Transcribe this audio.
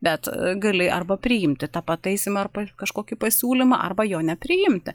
bet gali arba priimti tą pataisymą arba kažkokį pasiūlymą arba jo nepriimti